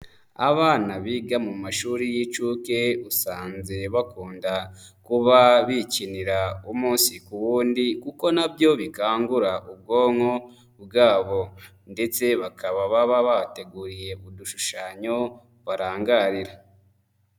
Abana biga mu mashuri y'inshuke usanze bakunda kuba bikinira umunsi ku wundi kuko nabyo bikangura ubwonko bwabo, ndetse bakaba baba bateguye udushushanyo barangarira.